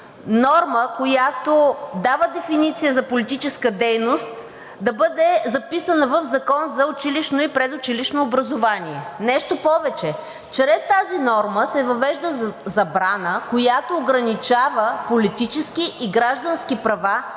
норма, която дава дефиниция за политическа дейност да бъде записана в Закона за училищното и предучилищното образование. Нещо повече, чрез тази норма се въвежда забрана, която ограничава политически и граждански права